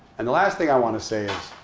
and the last thing i want to say is,